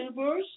YouTubers